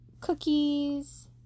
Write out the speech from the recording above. cookies